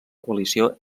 coalició